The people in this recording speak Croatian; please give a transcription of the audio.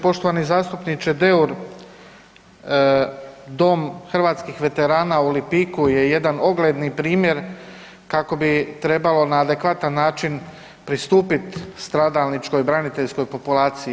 Poštovani zastupniče Deur, Dom hrvatskih veterana u Lipiku je jedan ogledni primjer kako bi trebalo na adekvatan način pristupiti stradalničkoj, braniteljskoj populaciji.